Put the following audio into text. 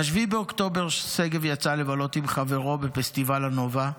ב-7 באוקטובר שגב יצא לבלות עם חברו בפסטיבל הנובה,